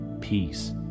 peace